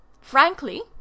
Frankly